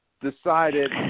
decided